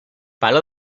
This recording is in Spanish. palo